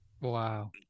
Wow